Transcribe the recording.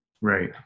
Right